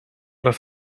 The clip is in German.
das